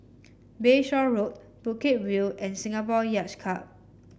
Bayshore Road Bukit View and Singapore Yacht Club